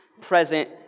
present